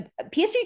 PSG